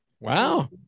wow